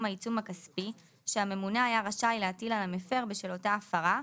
העיצום הכספי שהממונה היה רשאי להטיל על המפר בשל אותה הפרה,